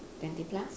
twenty plus